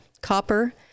copper